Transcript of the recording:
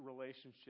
relationship